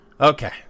Okay